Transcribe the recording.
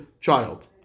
child